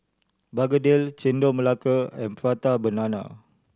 begedil Chendol Melaka and Prata Banana